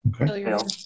Okay